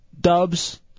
dubs